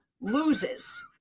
loses